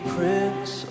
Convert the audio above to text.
Prince